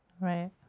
right